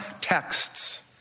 texts